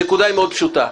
הנקודה היא מאוד פשוטה,